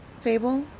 Fable